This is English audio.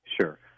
Sure